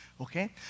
okay